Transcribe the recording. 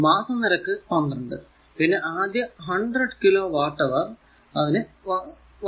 മാസ നിരക്ക് 12 പിന്നെ ആദ്യ 100 കിലോ വാട്ട് അവർ നു 1